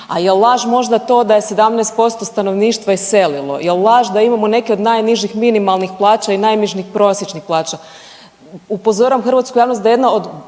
A jel laž možda to da je 17% stanovništva iselilo? Jel laž da imamo neke od najnižih minimalnih plaća i najnižih prosječnih plaća? Upozoravam hrvatsku javnost da je jedna od